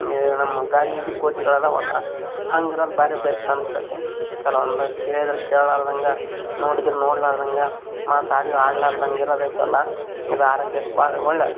ಈ ನಮ್ಮ ಗಾಂಧೀಜಿ ಕೋತಿಗಳು ಅದಾವಲ್ಲ ಹಂಗಿರೋದು ಭಾರಿ ಬೆಸ್ಟು ಅನಿಸ್ತತೆ ಕೆಲವೊಂದು ಕೇಳಿದರು ಕೇಳಾರ್ದಂಗೆ ನೋಡಿದ್ರು ನೋಡಲಾರ್ದಂಗೆ ಮಾತಾಡಿಯು ಆಡಲಾರ್ದಂಗೆ ಇರೋದೈತಲ್ಲ ಇದು ಆರೋಗ್ಯಕ್ಕೆ ಭಾರಿ ಒಳ್ಳೇದು